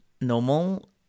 normal